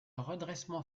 redressement